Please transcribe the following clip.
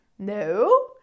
No